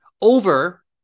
Over